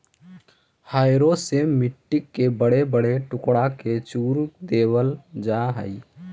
harrow से मट्टी के बड़े बड़े टुकड़ा के चूर देवल जा हई